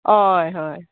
ऑय हय